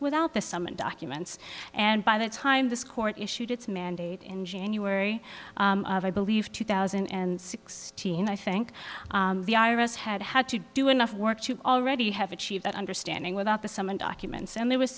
without the sum of documents and by the time this court issued its mandate in january i believe two thousand and sixteen i think the i r s had had to do enough work to already have achieved that understanding without the someone documents and there was